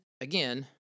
again